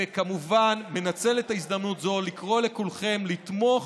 וכמובן מנצל את ההזדמנות הזו לקרוא לכולכם לתמוך